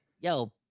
Yo